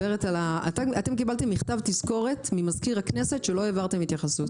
אתם קיבלתם מכתב תזכורת ממזכיר הכנסת שלא העברתם התייחסות.